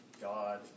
God